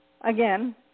Again